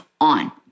on